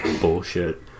bullshit